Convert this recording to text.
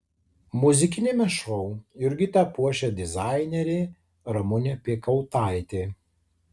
muzikiniame šou jurgitą puošia dizainerė ramunė piekautaitė